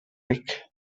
ric